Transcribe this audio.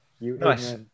nice